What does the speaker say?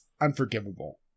unforgivable